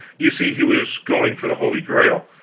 you see, he was going for the holy grail.